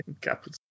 capital